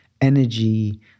energy